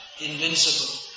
invincible